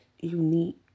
unique